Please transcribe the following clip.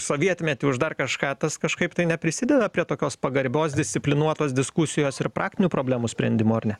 sovietmetį už dar kažką tas kažkaip tai neprisideda prie tokios pagarbios disciplinuotos diskusijos ir praktinių problemų sprendimo ar ne